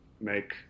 make